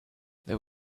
there